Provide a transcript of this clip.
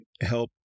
help